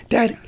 Dad